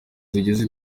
yigeze